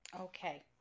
Okay